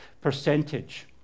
percentage